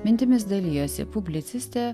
mintimis dalijosi publicistė